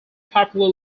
popular